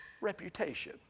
reputation